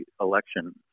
election